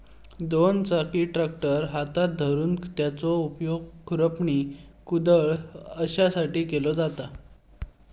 दोन चाकी ट्रॅक्टर हातात धरून त्याचो उपयोग खुरपणी, कुदळ अश्यासाठी केलो जाता